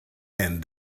and